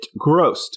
grossed